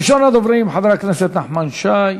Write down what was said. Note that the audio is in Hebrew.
ראשון הדוברים, חבר הכנסת נחמן שי,